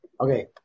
Okay